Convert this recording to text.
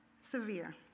severe